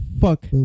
fuck